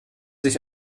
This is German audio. sich